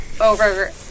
over